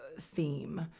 theme